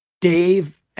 Dave